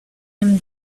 him